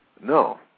No